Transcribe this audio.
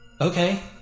Okay